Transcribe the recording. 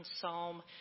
Psalm